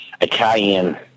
Italian